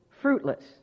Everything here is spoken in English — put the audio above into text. fruitless